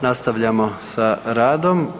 Nastavljamo sa radom.